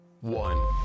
one